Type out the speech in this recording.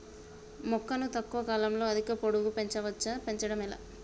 మొక్కను తక్కువ కాలంలో అధిక పొడుగు పెంచవచ్చా పెంచడం ఎలా?